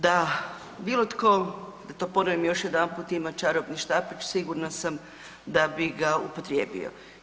Da bilo tko, to ponavljam još jedanput, ima čarobni štapić sigurna sam da bi ga upotrijebio.